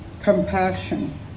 compassion